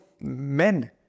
men